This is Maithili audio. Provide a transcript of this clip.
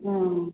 हूँ